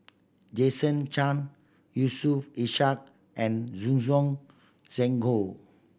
Jason Chan Yusof Ishak and Zhuang Shengtao